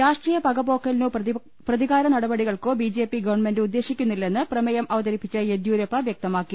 രാഷ്ട്രീയ പകപോക്കലിനോ പ്രതികാര നടപടികൾക്കോ ബി ജെ പി ഗവൺമെന്റ് ഉദ്ദേശിക്കുന്നില്ലെന്ന് പ്രമേയം അവ തരിപ്പിച്ച യെദ്യൂരപ്പ വൃക്തമാക്കി